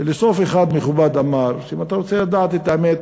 פילוסוף מכובד אחד אמר שאם אתה רוצה לדעת את האמת,